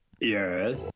Yes